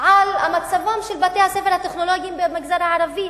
על מצבם של בתי-הספר הטכנולוגיים במגזר הערבי.